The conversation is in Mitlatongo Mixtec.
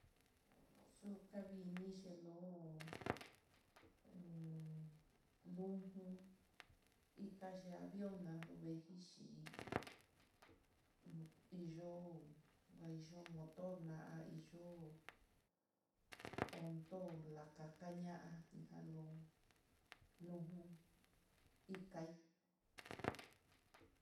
Xuka vini c 'o em lujun, ikayee avión nalo vejixhi'í, nuu hiyo'o ja iin motor na iyo'o, onto lakajaña lijalo lujun ikai.